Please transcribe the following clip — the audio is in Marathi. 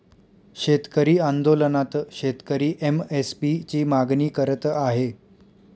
शेतकरी आंदोलनात शेतकरी एम.एस.पी ची मागणी करत आहे